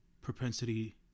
propensity